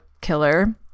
killer